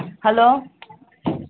hello